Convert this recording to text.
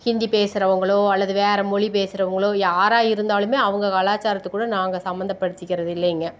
ஹிந்தி பேசுகிறவங்களோ அல்லது வேறு மொழி பேசுகிறவங்களோ யாராக இருந்தாலுமே அவங்க கலாச்சாரத்துக்குள்ளே நாங்கள் சம்மந்தப்படுத்திக்கிறது இல்லைங்க